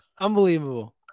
Unbelievable